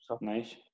Nice